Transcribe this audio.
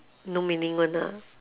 no meaning [one] lah